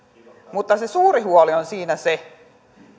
mutta se suuri huoli on siinä se